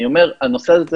אני אומר, הנושא הזה,